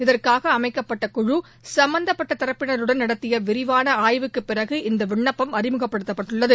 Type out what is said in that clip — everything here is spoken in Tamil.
இதற்காக அமைக்கப்பட்ட குழு சும்பந்தப்பட்ட தரப்பினருடன் நடத்திய விரிவான ஆய்வுக்குப் பிறகு இந்த விண்ணப்பம் அறிமுகப்படுத்தப் பட்டுள்ளது